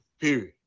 period